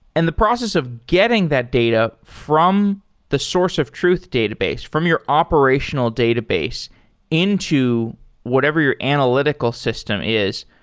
and the process of getting that data from the source of truth database, from your operational database into whatever your analytical system is,